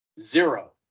Zero